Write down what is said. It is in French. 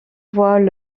voient